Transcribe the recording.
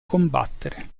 combattere